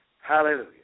Hallelujah